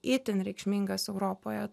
itin reikšmingas europoje